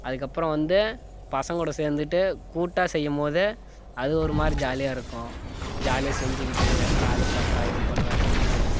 அதுக்கப்புறம் வந்து பசங்களோட சேந்துகிட்டு கூட்டாக செய்யும்போது அது ஒரு மாதிரி ஜாலியாக இருக்கும் ஜாலியாக செஞ்சு கிட்டு வெட்றா அது பண்றா இது பண்றான்னு சொல்லிகிட்டு